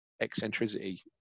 eccentricity